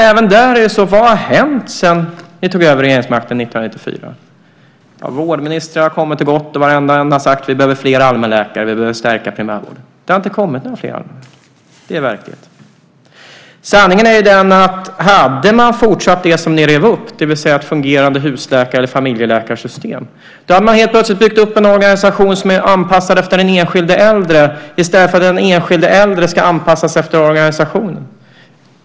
Men vad har hänt sedan ni tog över regeringsmakten 1994? Vårdministrar har kommit och gått. Varenda en har sagt att vi behöver flera allmänläkare, att vi behöver stärka primärvården. Det har inte kommit några fler allmänläkare. Det är verkligheten. Sanningen är den att om man hade fortsatt det som ni rev upp, det vill säga ett fungerande husläkar eller familjeläkarsystem, hade man helt plötsligt byggt upp en organisation som är anpassad efter den enskilde äldre i stället för att den enskilde äldre ska anpassa sig efter organisationen.